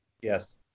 Yes